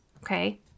Okay